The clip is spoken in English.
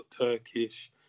Turkish